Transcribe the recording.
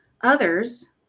others